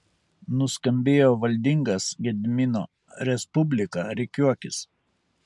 nuskambėjo valdingas gedimino respublika rikiuokis